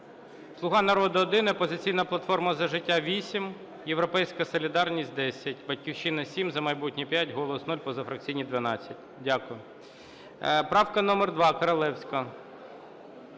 "Слуга народу" – 1, "Опозиційна платформа - За життя" – 8, "Європейська солідарність" – 10, "Батьківщина" – 7, "За майбутнє" – 5, "Голос" – 0, позафракційні – 12. Дякую. Правка номер 2, Королевська.